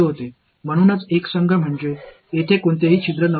மற்றும் ஒருங்கிணைந்த எல்லை மேற்பரப்பு காமாவைச் சுற்றி இருந்தது